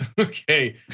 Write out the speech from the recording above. Okay